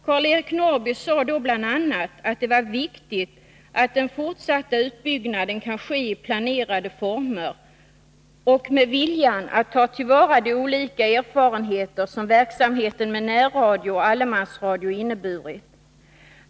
Karl-Eric Norrby sade då bl.a. att det var viktigt att den fortsatta utbyggnaden kan ske i planerade former och med viljan att ta till vara de olika erfarenheter som verksamheten med närradio och allemansradio inneburit.